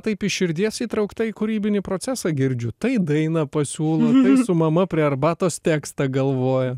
taip iš širdies įtraukta į kūrybinį procesą girdžiu tai daina pasiūlo tai su mama prie arbatos tekstą galvoja